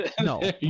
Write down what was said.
No